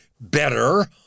better